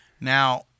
Now